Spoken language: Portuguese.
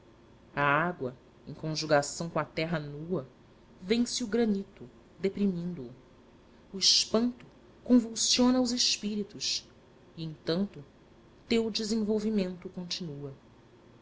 a água em conjugação com a terra nua vence o granito deprimindo o o espanto convulsiona os espíritos e entanto teu desenvolvimento contunua